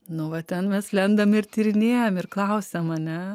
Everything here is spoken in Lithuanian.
nu va ten mes lendam ir tyrinėjam ir klausiam ane